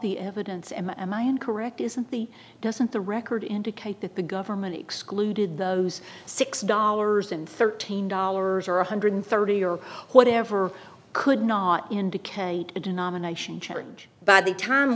the evidence and i am correct isn't the doesn't the record indicate that the government excluded those six dollars and thirteen dollars or one hundred thirty or whatever could not indicate a denomination challenge by the time